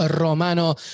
Romano